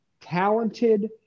talented